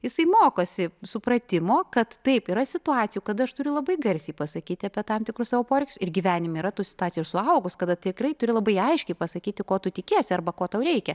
jisai mokosi supratimo kad taip yra situacijų kada aš turiu labai garsiai pasakyti apie tam tikrus savo poreikius ir gyvenime yra tų situacijų ir suaugus kada tikrai turi labai aiškiai pasakyti ko tu tikiesi arba ko tau reikia